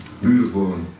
Beautiful